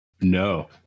No